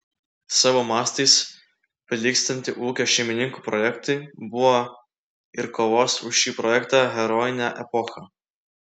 savo mastais prilygstantį ūkio šeimininkų projektui buvo ir kovos už šį projektą herojinė epocha